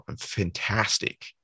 fantastic